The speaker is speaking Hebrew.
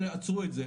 אבל עצרו את זה.